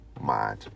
mind